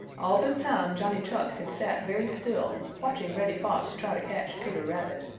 all this time johnny chuck had sat very still, watching reddy fox try to catch peter rabbit.